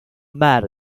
mad